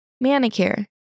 Manicure